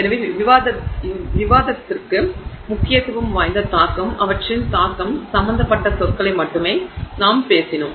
எனவே விவாதத்திற்கு முக்கியத்துவம் வாய்ந்த தாக்கம் அவற்றின் தாக்கம் சம்பந்தப்பட்ட சொற்களை மட்டுமே நாங்கள் பேசினோம்